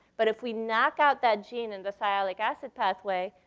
but if we knock out that gene in the sialic acid pathway,